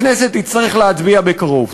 הכנסת תצטרך להצביע בקרוב.